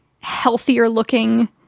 healthier-looking